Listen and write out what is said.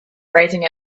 rising